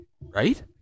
Right